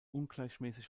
ungleichmäßig